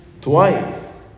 twice